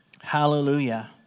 Hallelujah